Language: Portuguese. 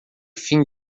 fim